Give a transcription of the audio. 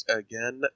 again